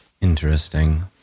Interesting